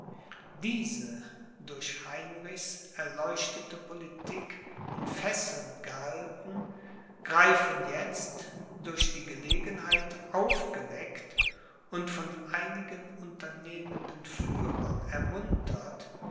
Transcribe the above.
diese durch heinrichs erleuchtete politik in fesseln gehalten greifen jetzt durch die gelegenheit aufgeweckt und von einigen unternehmenden führern ermuntert